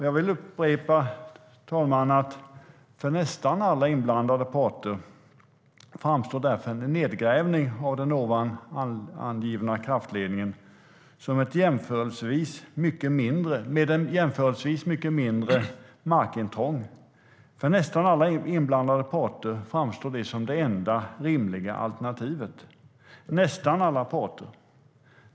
Jag vill upprepa att för nästan alla inblandade parter framstår därför en nedgrävning av den ovan angivna kraftledningen med ett jämförelsevis mycket mindre markintrång som det enda rimliga alternativet - för nästan alla parter.